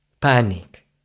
Panic